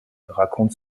raconte